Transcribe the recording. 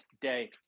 day